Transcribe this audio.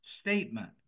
statement